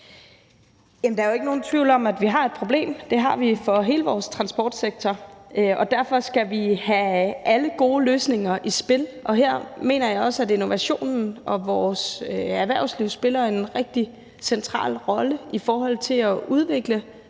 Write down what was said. Der er jo ikke nogen tvivl om, at vi har et problem. Det har vi for hele vores transportsektor, og derfor skal vi have alle gode løsninger i spil. Her mener jeg også, at innovationen og vores erhvervsliv spiller en rigtig central rolle i forhold til at udvikle